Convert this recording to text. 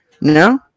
No